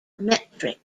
metric